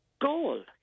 goal